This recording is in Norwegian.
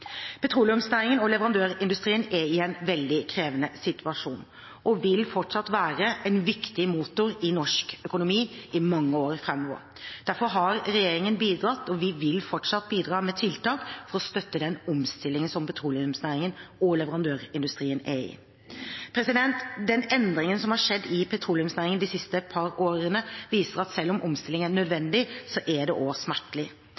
Petroleumsnæringen og leverandørindustrien er i en veldig krevende situasjon, men vil fortsatt være en viktig motor i norsk økonomi i mange år framover. Derfor har regjeringen bidratt, og vil fortsatt bidra, med tiltak for å støtte den omstillingen som petroleumsnæringen og leverandørindustrien er inne i. Den endringen som har skjedd i petroleumsnæringen de siste par årene, viser at selv om omstilling er